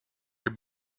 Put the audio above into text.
your